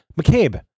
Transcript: McCabe